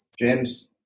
James